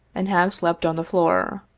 and have slept on the floor.